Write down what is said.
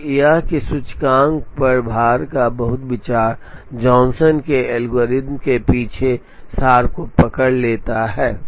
और यह कि सूचकांक पर भार का बहुत विचार जॉनसन के एल्गोरिथ्म के पीछे सार को पकड़ लेता है